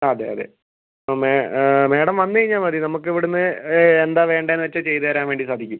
അതെ അതെ ആ മേഡം വന്ന് കഴിഞ്ഞാൽ മതി നമുക്ക് ഇവിടെനിന്ന് എന്താണ് വേണ്ടതെന്ന് വെച്ചാൽ ചെയ്തുതരാൻ വേണ്ടി സാധിക്കും